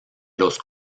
los